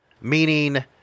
Meaning